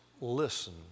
listen